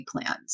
plans